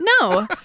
No